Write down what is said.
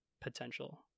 potential